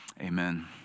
Amen